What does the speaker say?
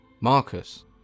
Marcus